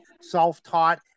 self-taught